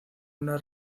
una